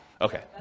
Okay